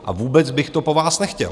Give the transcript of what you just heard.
A vůbec bych to po vás nechtěl.